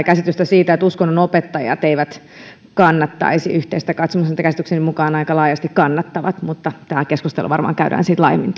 käsitystä siitä että uskonnonopettajat eivät kannattaisi yhteistä katsomusta käsitykseni mukaan aika laajasti kannattavat mutta tämä keskustelu varmaan käydään sitten laajemmin